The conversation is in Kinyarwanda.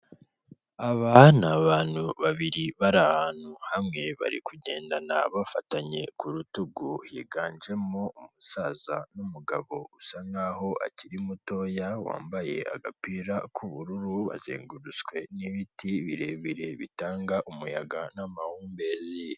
Aba ni abantu babiri bari ahantu hamwe bari kugendana bafatanye ku rutugu yiganjemo umusaza n'umugabo usa nk aho akiri mutoya wambaye agapira k'ubururu bazengurutswe n'ibiti birebire bitanga umuyaga n'amahumbezi.